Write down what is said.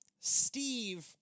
Steve